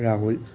Rahul